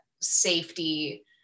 safety